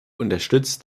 unterstützt